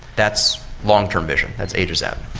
that's long-term vision, that's ages out.